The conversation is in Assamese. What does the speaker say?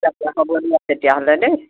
হ'ব দিয়া তেতিয়া হ'লে দেই